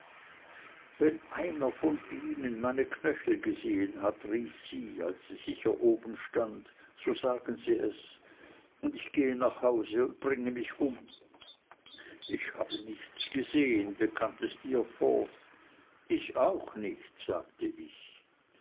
wenn einer von ihnen meine knöchel gesehen hat rief sie als sie sicher oben stand so sagen sie es und ich gehe nach hause und bringe mich um ich habe nichts gesehen bekannte steerforth ich auch nicht sagte ich